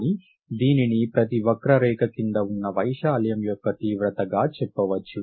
కానీ దీనిని ప్రతి వక్రరేఖ కింద ఉన్న వైశాల్యం యొక్క తీవ్రతగా చెప్పవచ్చు